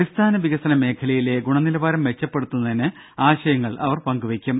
അടിസ്ഥാന വികസന മേഖലയിലെ ഗുണനിലവാരം മെച്ചപ്പെടുത്തുന്നതിന് ആശയങ്ങൾ അവർ പങ്കുവെയ്ക്കും